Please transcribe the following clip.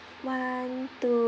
one two